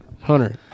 Hunter